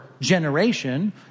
generation